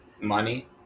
money